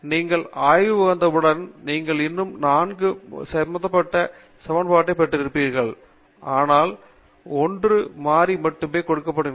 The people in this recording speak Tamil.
நீங்கள் ஆய்வுக்கு வந்தவுடன் நீங்கள் இன்னும் 4 மாறிகள் சம்பந்தப்பட்ட ஒரு சமன்பாட்டைக் கொண்டிருப்பீர்கள் ஆனால் நீங்கள் 1 மாறி மட்டுமே கொடுக்கப்படுவீர்கள்